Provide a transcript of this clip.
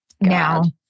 Now